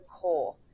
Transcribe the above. core